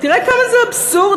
תראה כמה זה אבסורדי,